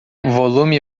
volume